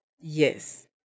Yes